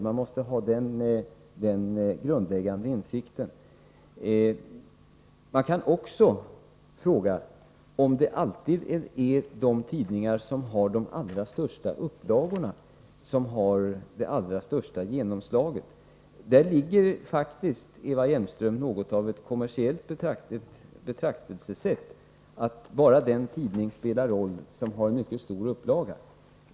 Man måste ha den grundläggande insikten. Man kan också fråga om det alltid är tidningarna med de största upplagorna som har det allra starkaste genomslaget. Där ligger faktiskt, Eva Hjelmström, något av ett kommersiellt betraktelsesätt, att bara den tidning spelar roll som har en mycket stor upplaga.